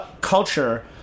culture